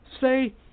Say